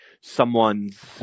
someone's